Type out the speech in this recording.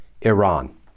Iran